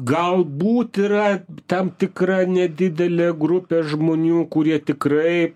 galbūt yra tam tikra nedidelė grupė žmonių kurie tikrai